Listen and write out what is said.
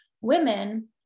women